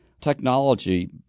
Technology